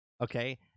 okay